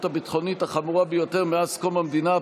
הביטחונית החמורה ביותר מאז קום המדינה,